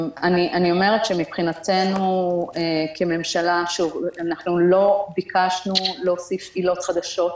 מבחינתנו כממשלה, לא ביקשנו להוסיף עילות חדשות,